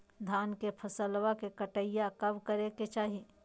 धान के फसलवा के कटाईया कब करे के चाही?